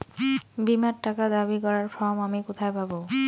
বীমার টাকা দাবি করার ফর্ম আমি কোথায় পাব?